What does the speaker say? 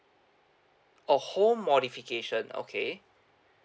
oh home modification okay